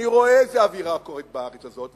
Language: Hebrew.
אני רואה איזו אווירה קורית בארץ הזאת,